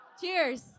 Cheers